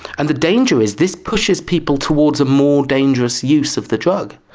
and the danger is this pushes people towards a more dangerous use of the drug.